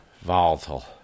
Volatile